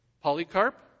Polycarp